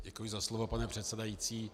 Děkuji za slovo, pane předsedající.